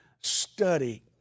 study